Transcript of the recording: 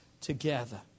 together